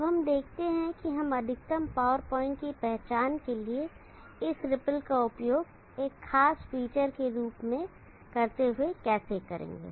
अब हम देखते हैं कि हम अधिकतम पावर पॉइंट की पहचान के लिए इस रिपल का उपयोग एक खास फीचर के रूप में करते हुए कैसे करेंगे